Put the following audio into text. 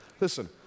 Listen